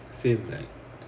same like